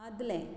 आदलें